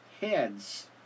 heads